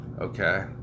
okay